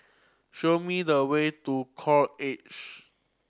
show me the way to Edge